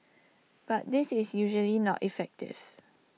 but this is usually not effective